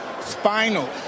Spinal